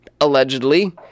allegedly